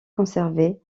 conservés